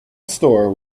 store